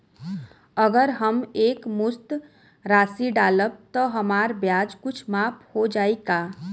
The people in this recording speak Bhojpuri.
अगर हम एक मुस्त राशी डालब त हमार ब्याज कुछ माफ हो जायी का?